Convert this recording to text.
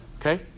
Okay